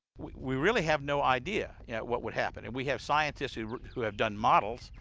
we really have no idea yeah what would happen. and we have scientists who who have done models.